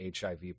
HIV